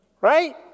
Right